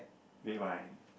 red wine